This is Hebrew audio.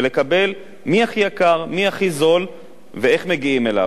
ולקבל מי הכי יקר מי הכי זול ואיך מגיעים אליו.